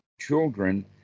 Children